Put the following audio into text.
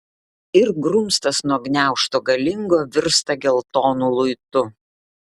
ir grumstas nuo gniaužto galingo virsta geltonu luitu